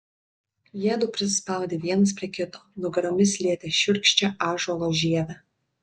jiedu prisispaudė vienas prie kito nugaromis lietė šiurkščią ąžuolo žievę